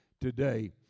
today